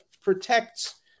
protects